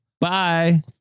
Bye